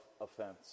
offense